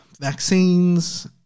vaccines